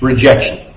Rejection